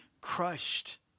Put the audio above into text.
crushed